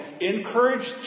encourage